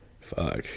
Fuck